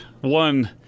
one